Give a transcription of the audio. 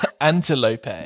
antelope